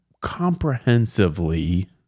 comprehensively